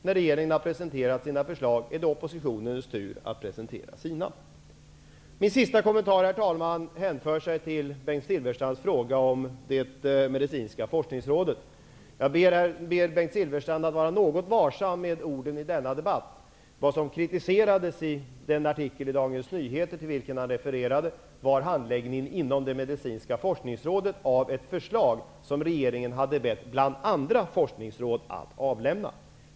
När regeringen har presenterat sina förslag är det oppositionens tur att presentera sina. Min sista kommentar, herr talman, hänför sig till Bengt Silfverstrands fråga om Medicinska forskningsrådet. Jag ber Bengt Silfverstrand att vara något varsam med orden i denna debatt. Vad som kritiserades i den artikel i Dagens Nyheter till vilken han refererade var handläggningen inom Medicinska forskningsrådet av ett förslag som regeringen hade bett bl.a. forskningsrådet att avlämna.